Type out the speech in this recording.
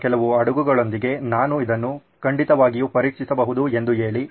ನಿಮ್ಮ ಕೆಲವು ಹಡಗುಗಳೊಂದಿಗೆ ನಾನು ಇದನ್ನು ಖಂಡಿತವಾಗಿ ಪರೀಕ್ಷಿಸಬಹುದು ಎಂದು ಹೇಳಿ